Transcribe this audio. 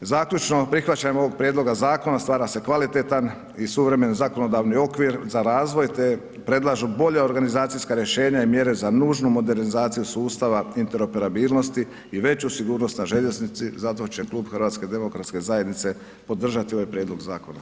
Zaključno, prihvaćanjem ovog prijedloga zakona stvara se kvalitetan i suvremen zakonodavni okvir za razvoj, te predlažu bolja organizacijska rješenja i mjere za nužnu modernizaciju sustava interoperabilnosti i veću sigurnost na željeznici, zato će Klub HDZ-a podržati ovaj prijedlog zakona.